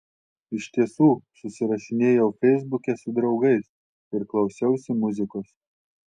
iš tiesų susirašinėjau feisbuke su draugais ir klausiausi muzikos